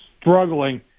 struggling